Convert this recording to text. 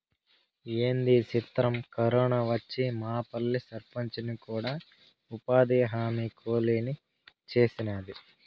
ఏంది సిత్రం, కరోనా వచ్చి మాపల్లె సర్పంచిని కూడా ఉపాధిహామీ కూలీని సేసినాది